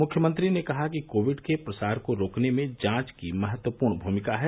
मुख्यमंत्री ने कहा कि कोविड के प्रसार को रोकने में जांच की महत्वपूर्ण भूमिका है